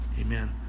Amen